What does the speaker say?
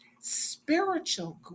spiritual